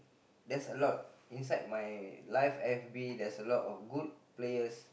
there's a lot inside my live F_B there's a lot of good players